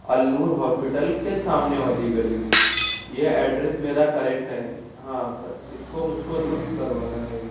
النور ہاسپٹل کے سامنے والی گلی میں یہ ایڈریس میرا کریکٹ ہے ہاں سر اس کو مجھ کو درست کروانا ہے